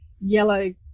yellow